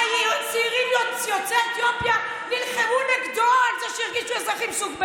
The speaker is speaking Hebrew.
הרי צעירים יוצאי אתיופיה נלחמו נגדו על זה שהרגישו אזרחים סוג ב'.